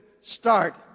start